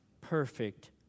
perfect